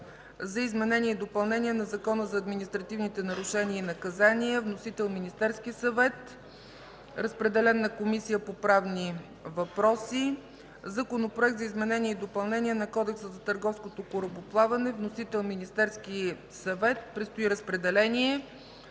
за изменение и допълнение на Закона за административните нарушения и наказания. Вносител – Министерският съвет. Разпределен е на Комисията по правни въпроси. Законопроект за изменение и допълнение на Кодекса на търговското корабоплаване. Вносител – Министерският съвет. Предстои разпределение.